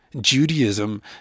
Judaism